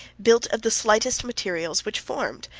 built of the slightest materials which formed,